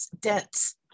dense